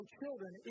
children